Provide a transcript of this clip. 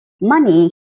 money